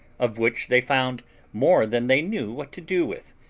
of which they found more than they knew what to do with,